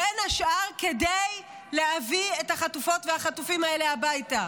בין השאר כדי להביא את החטופות והחטופים האלה הביתה.